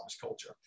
culture